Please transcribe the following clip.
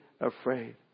afraid